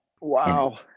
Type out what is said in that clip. Wow